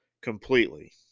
completely